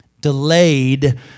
Delayed